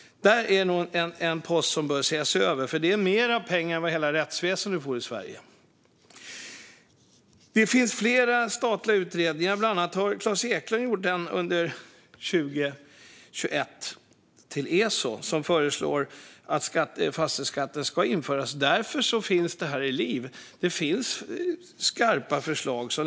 Det är en post som bör ses över, för det är mer pengar än vad hela rättsväsendet får i Sverige. Det finns flera statliga utredningar, bland annat en som Klas Eklund gjorde till ESO under 2021, som föreslår att fastighetsskatten ska införas. Därför finns det liv i den - det finns skarpa förslag.